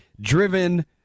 driven